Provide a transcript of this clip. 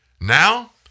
Now